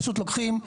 פשוט לוקחים,